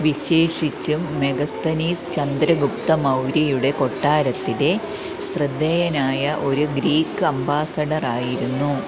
വിശേഷിച്ചും മെഗസ്തനീസ് ചന്ദ്രഗുപ്ത മൗര്യയുടെ കൊട്ടാരത്തിലെ ശ്രദ്ധേയനായ ഒരു ഗ്രീക്ക് അംബാസഡർ ആയിരുന്നു